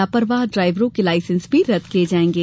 लापरवाह ड्राइवरों के लायसेन्स भी रद्द किये जायेंगे